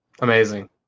Amazing